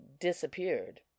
disappeared